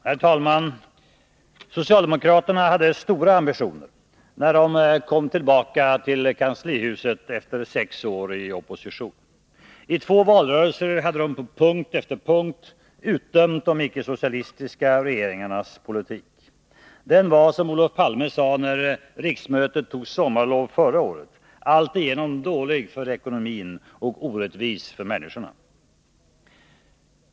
Herr talman! Socialdemokraterna hade stora ambitioner när de kom tillbaka till kanslihuset efter sex år i opposition. I två valrörelser hade de på punkt efter punkt utdömt de icke-socialistiska regeringarnas politik. Den var, som Olof Palme sade när riksdagen tog sommarlov förra året, alltigenom dålig för ekonomin och orättvis för människorna.